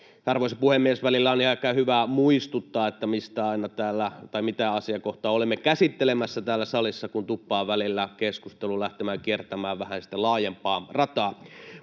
Arvoisa puhemies, välillä on ehkä hyvä muistuttaa, mitä asiakohtaa olemme käsittelemässä täällä salissa, kun tuppaa välillä keskustelu lähtemään kiertämään vähän sitä laajempaa rataa.